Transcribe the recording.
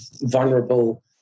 vulnerable